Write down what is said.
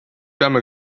peame